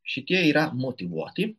šitie yra motyvuoti